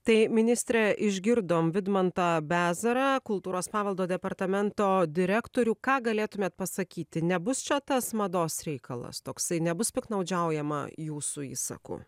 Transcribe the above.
tai ministre išgirdom vidmantą bezarą kultūros paveldo departamento direktorių ką galėtumėt pasakyti nebus čia tas mados reikalas toksai nebus piktnaudžiaujama jūsų įsaku